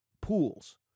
pools